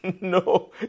No